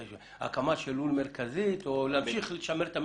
הקמה של לול מרכזי או להמשיך לשמר את המשקים?